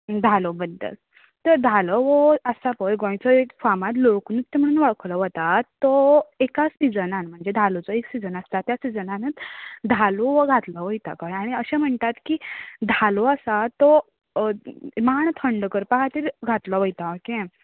धालो बद्दल तर धाल हो आसा पळय तो गोंयचो एक फामाद लोकनृत्य म्हणून वळखलो वतात तो एकाच सिझनाना म्हणजे धालोचो एक सिझन आसता त्या सिझनानूच धालो हो घातलो वयता आनी अशें म्हणटात की धालो आसा तो मांड थंड करपा खातीर घातलो वयता